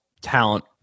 talent